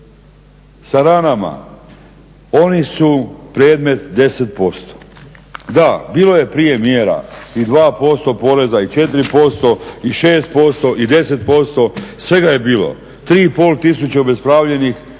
sa ranama. Oni su predmet 10%. Da, bilo je prije mjera i 2% poreza i 4% i 6% i 10%. Svega je bilo. 3 i pol tisuće obespravljenih koji